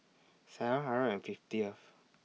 seven hundred and fiftieth